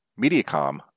Mediacom